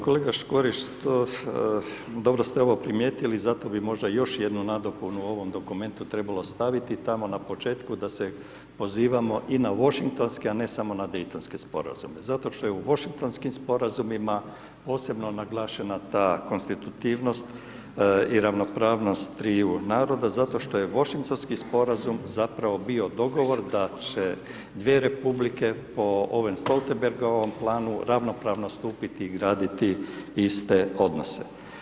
Kolega Škorić, dobro ste ovo primijetili, zato bi možda još jednu nadopunu ovom dokumentu trebalo staviti, tamo na početku da se pozivamo i na Washingtonski a ne samo na Daytonski sporazum zato što je u Washingtonskim sporazumima posebno naglašena ta konstitutivnost i ravnopravnost triju naroda zato što je Washingtonski sporazum zapravo bio dogovor da će dvije republike po ovom Stoltenbergovom planu ravnopravnost stupiti i graditi iste odnose.